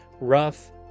rough